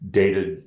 dated